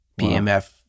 PMF